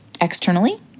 externally